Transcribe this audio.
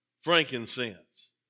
frankincense